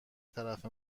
طرف